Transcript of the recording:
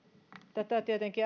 tätä tietenkin